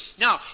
Now